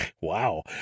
Wow